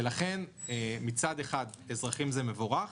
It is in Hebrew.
ולכן, מצד אחד, אזרחים זה מבורך.